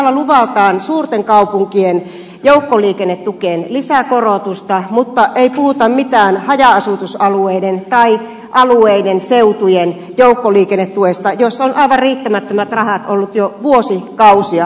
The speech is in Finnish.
täällä luvataan suurten kaupunkien joukkoliikennetukeen lisäkorotusta mutta ei puhuta mitään haja asutusalueiden tai alueiden seutujen joukkoliikennetuesta jossa on ollut aivan riittämättömät rahat jo vuosikausia